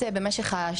ההצעת חוק הזאת,